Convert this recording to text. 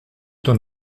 t’en